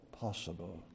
possible